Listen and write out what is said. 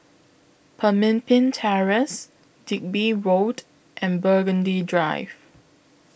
Pemimpin Terrace Digby Road and Burgundy Drive